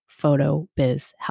PHOTOBIZHELP